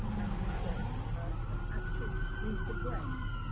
and you've got an actual street address,